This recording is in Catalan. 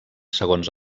segons